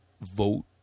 vote